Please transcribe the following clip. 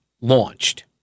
launched